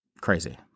crazy